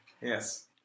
yes